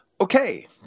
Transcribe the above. Okay